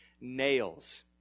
nails